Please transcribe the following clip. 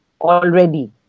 already